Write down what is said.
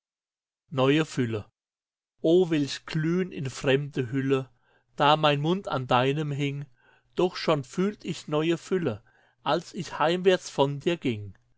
o welch glühn in fremde hülle da mein mund an deinem hing doch schon fühlt ich neue fülle als ich heimwärts von dir ging